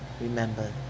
Remember